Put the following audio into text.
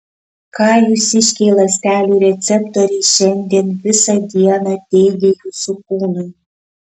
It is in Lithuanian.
ką jūsiškiai ląstelių receptoriai šiandien visą dieną teigė jūsų kūnui